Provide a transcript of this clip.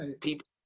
people